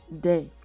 day